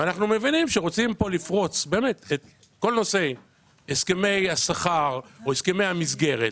אנחנו מבינים שרוצים לפרוץ את כל נושא הסכמי השכר או המסגרת.